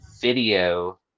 video